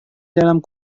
dalam